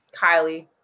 Kylie